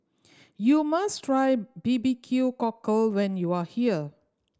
you must try B B Q Cockle when you are here